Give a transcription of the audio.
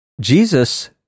Jesus